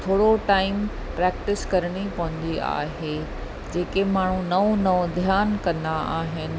थोरो time practice करणी पवंदी आहे जेके माण्हू नओं नओं ध्यानु कंदा आहिनि